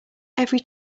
every